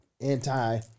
anti